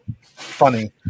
funny